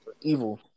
Evil